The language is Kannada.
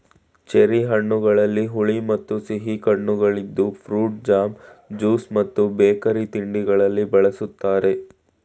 ಚೆರ್ರಿ ಹಣ್ಣುಗಳಲ್ಲಿ ಹುಳಿ ಮತ್ತು ಸಿಹಿ ಕಣ್ಣುಗಳಿದ್ದು ಫ್ರೂಟ್ ಜಾಮ್, ಜ್ಯೂಸ್ ಮತ್ತು ಬೇಕರಿ ತಿಂಡಿಗಳಲ್ಲಿ ಬಳ್ಸತ್ತರೆ